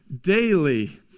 Daily